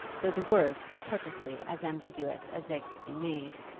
though the words were purposely as ambiguous as they could be made,